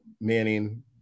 Manning